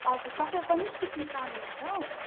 हजुर तपाईँ पनि सिक्नु चाहनुहुन्छ